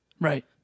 Right